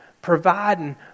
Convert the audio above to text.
providing